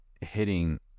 hitting